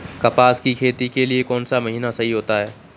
कपास की खेती के लिए कौन सा महीना सही होता है?